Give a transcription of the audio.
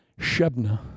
Shebna